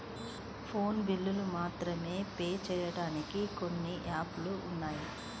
phone బిల్లులు మాత్రమే pay చెయ్యడానికి కొన్ని యాపులు ఉన్నాయి